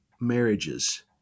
marriages